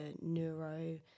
neuro